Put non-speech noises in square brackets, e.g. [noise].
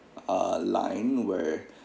uh line where [breath]